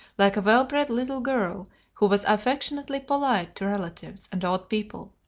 like a well-bred little girl who was affectionately polite to relatives and old people.